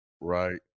right